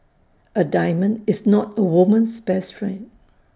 A diamond is not A woman's best friend